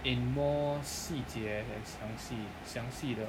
in more 细节 and 详细详细地